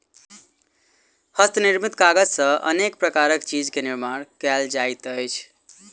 हस्त निर्मित कागज सॅ अनेक प्रकारक चीज के निर्माण कयल जाइत अछि